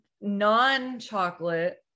non-chocolate